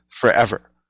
forever